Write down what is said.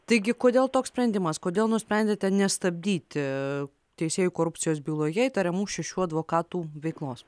taigi kodėl toks sprendimas kodėl nusprendėte nestabdyti teisėjų korupcijos byloje įtariamų šešių advokatų veiklos